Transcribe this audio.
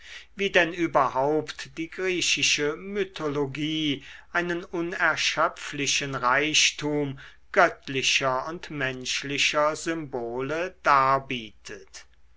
wie denn überhaupt die griechische mythologie einen unerschöpflichen reichtum göttlicher und menschlicher symbole darbietet